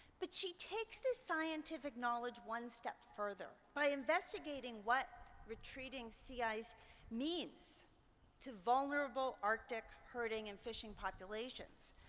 but she takes this scientific knowledge one step further, by investigating what retreating sea ice means to vulnerable arctic hurting and fishing populations.